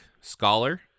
Scholar